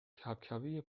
کبکبه